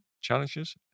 challenges